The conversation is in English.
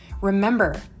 Remember